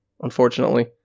Unfortunately